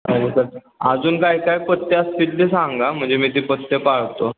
हो सर जून काय काय पथ्ये असतील ते सांगा म्हणजे मी ते पथ्ये पाळतो